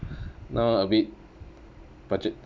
now a bit budget